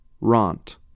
Rant